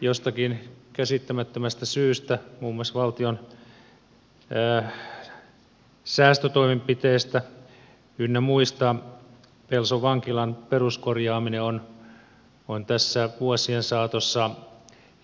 jostakin käsittämättömästä syystä muun muassa valtion säästötoimenpiteistä ynnä muista johtuen pelson vankilan peruskorjaaminen on tässä vuosien saatossa